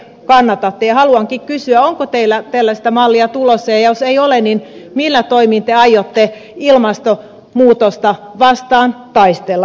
haluankin kysyä onko teillä tällaista mallia tulossa ja jos ei ole niin millä toimilla te aiotte ilmastonmuutosta vastaan taistella